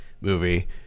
movie